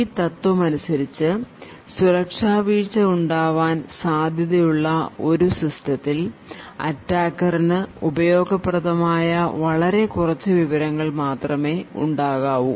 ഈ തത്വം അനുസരിച് സുരക്ഷാ വീഴ്ച ഉണ്ടാവാൻ സാധ്യത ഉള്ള ഒരു സിസ്റ്റത്തിൽ അറ്റാക്കർനു ഉപയോഗപ്രദമായ വളരെ കുറച്ചു വിവരങ്ങൾ മാത്രമേ ഉണ്ടാകാവൂ